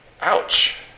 Ouch